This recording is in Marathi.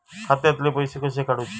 खात्यातले पैसे कसे काडूचे?